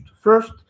First